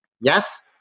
Yes